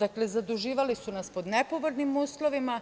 Dakle zaduživali su nas pod nepovoljnim uslovima